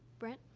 brent?